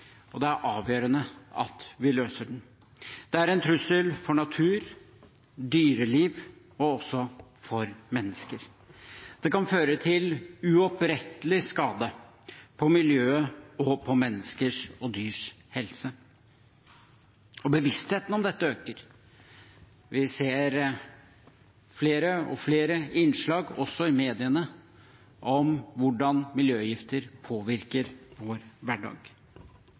overfor. Det er avgjørende at vi løser den. Miljøgifter er en trussel for natur, dyreliv og for mennesker. De kan føre til uopprettelig skade på miljøet og på menneskers og dyrs helse. Bevisstheten om dette øker. Vi ser flere og flere innslag, også i mediene, om hvordan miljøgifter påvirker vår hverdag.